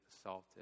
assaulted